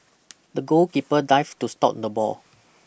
the goalkeeper dived to stop the ball